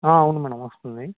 అవును మేడం వస్తుంది